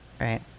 Right